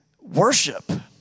worship